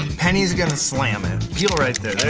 penny's going to slam it. peel right there. there